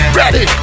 ready